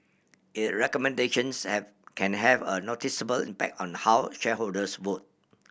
it recommendations have can have a noticeable impact on how shareholders vote